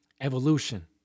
evolution